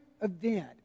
event